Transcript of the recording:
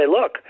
look